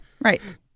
Right